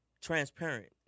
transparent